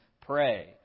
pray